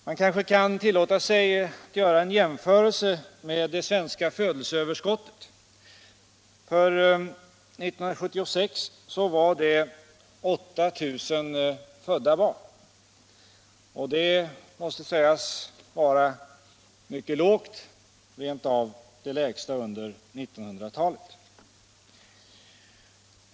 Man kanske kan tillåta sig att göra en jämförelse med det svenska födelseöverskottet. För 1976 var det 8000 barn. Det måste sägas vara mycket lågt, rent av det lägsta under 1900-talet.